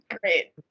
great